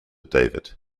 david